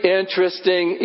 interesting